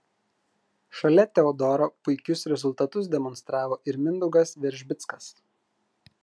šalia teodoro puikius rezultatus demonstravo ir mindaugas veržbickas